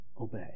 obey